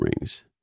rings